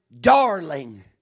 darling